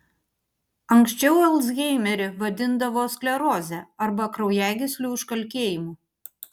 anksčiau alzheimerį vadindavo skleroze arba kraujagyslių užkalkėjimu